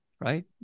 right